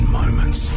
moments